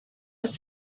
was